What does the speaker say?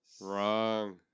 Wrong